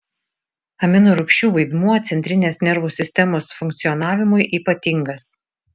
aminorūgščių vaidmuo centrinės nervų sistemos funkcionavimui ypatingas